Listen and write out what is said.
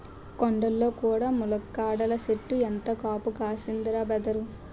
కొండల్లో కూడా ములక్కాడల సెట్టు ఎంత కాపు కాస్తందిరా బదరూ